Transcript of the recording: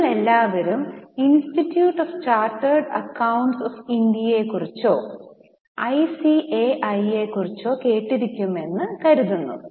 നിങ്ങൾ എല്ലാവരും institute of chartered accountants of ഇന്ത്യയെക്കുറിച്ചോ ഐസിഎഐയെക്കുറിച്ചോകേട്ടിരിക്കുമെന്ന് കരുതുന്നു